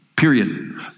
Period